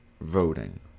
voting